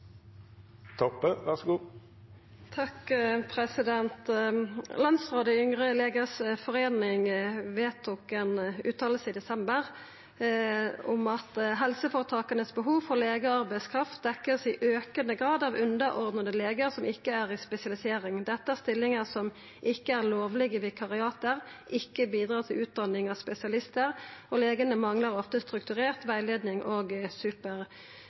Landsrådet i Yngre legers forening vedtok i desember ei fråsegn om at dei behova helseføretaka har for legearbeidskraft, i aukande grad vert dekte av underordna legar som ikkje er i spesialisering. Dette er stillingar som ikkje er lovlege vikariat, som ikkje bidrar til utdanning av spesialistar, og legane manglar ofte strukturert rettleiing og